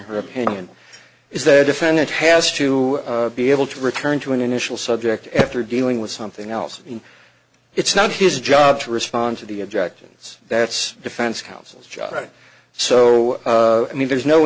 her opinion is that defendant has to be able to return to an initial subject after dealing with something else and it's not his job to respond to the objections that's defense houses just right so i mean there's no